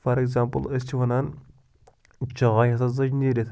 for example أسۍ چھِ وَنان چاے ہَسا ژٔج نیٖرِتھ